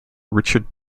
richard